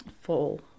full